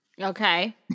Okay